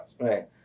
Right